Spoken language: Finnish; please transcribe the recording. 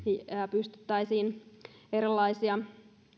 pystyttäisiin erilaisia